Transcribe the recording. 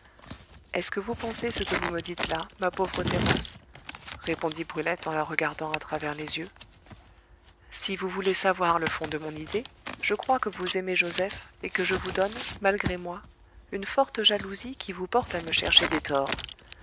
est-ce que vous pensez ce que vous me dites là ma pauvre thérence répondit brulette en la regardant à travers les yeux si vous voulez savoir le fond de mon idée je crois que vous aimez joseph et que je vous donne malgré moi une forte jalousie qui vous porte à me chercher des torts